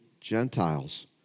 Gentiles